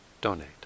donate